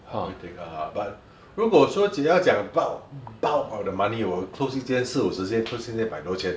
不一定 ah but 如果说今年要要讲 bulk bulk of the money 我 close 一间四五十千 close 一间百多千